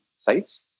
sites